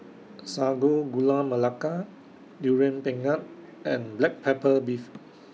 Sago Gula Melaka Durian Pengat and Black Pepper Beef